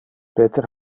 peter